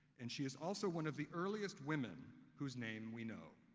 and she is also one of the earliest women whose name we know.